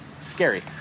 scary